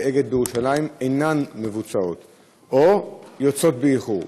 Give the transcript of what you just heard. אגד בירושלים אינן מבוצעות או יוצאות באיחור.